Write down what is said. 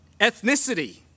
Ethnicity